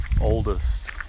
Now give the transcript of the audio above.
oldest